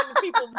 people